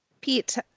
Pete